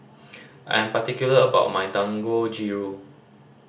I'm particular about my Dangojiru